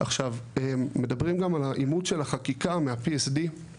עכשיו, מדברים פה גם על האימות של החקיקה מה-PSD,